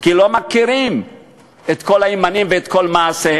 כי לא מכירים את כל הימנים ואת כל מעשיהם.